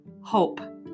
Hope